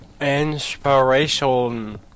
Inspiration